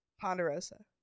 Ponderosa